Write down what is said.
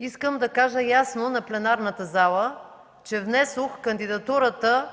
искам да кажа ясно на пленарната зала, че внесох кандидатурата